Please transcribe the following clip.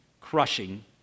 crushing